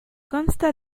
consta